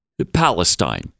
Palestine